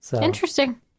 Interesting